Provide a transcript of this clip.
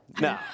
No